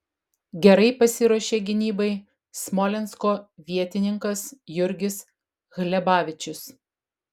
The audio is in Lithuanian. gerai pasiruošė gynybai smolensko vietininkas jurgis hlebavičius